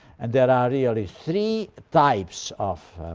and there are really three types of